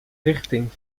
richting